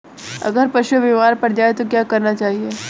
अगर पशु बीमार पड़ जाय तो क्या करना चाहिए?